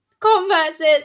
converses